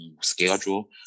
schedule